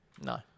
No